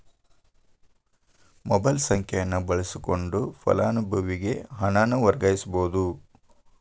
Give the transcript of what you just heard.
mobile ಸಂಖ್ಯೆಯನ್ನ ಬಳಸಕೊಂಡ ಫಲಾನುಭವಿಗೆ ಹಣನ ವರ್ಗಾಯಿಸಬೋದ್